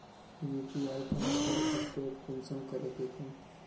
UPI transfer update कुंसम करे दखुम?